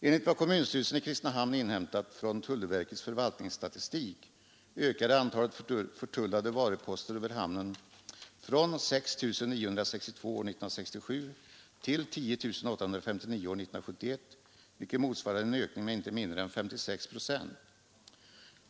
Enligt vad kommunstyrelsen i Kristinehamn inhämtat från tullverkets förvaltningsstatistik ökade antalet förtullade varuposter över hamnen från 6 962 år 1967 till 10 859 år 1971, vilket motsvarar en ökning med inte mindre än 56 procent.